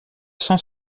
cent